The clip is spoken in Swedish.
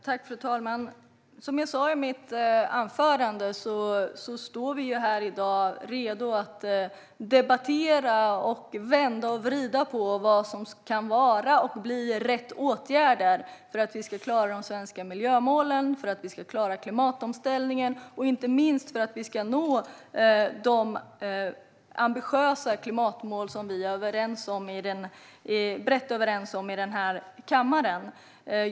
Fru talman! Som jag sa i mitt anförande är vi i dag redo att debattera och vända och vrida på vad som kan vara och bli rätt åtgärder för att vi ska klara de svenska miljömålen, klimatomställningen och inte minst nå de ambitiösa mål som vi är brett överens om i den här kammaren.